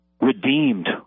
redeemed